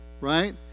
right